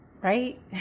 Right